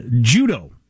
Judo